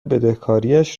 بدهکاریش